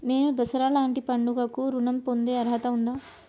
నేను దసరా లాంటి పండుగ కు ఋణం పొందే అర్హత ఉందా?